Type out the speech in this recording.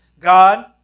God